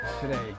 today